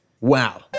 Wow